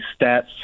stats